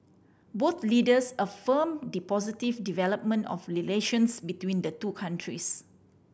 both leaders affirm the positive development of relations between the two countries